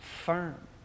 firm